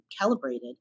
calibrated